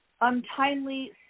untimely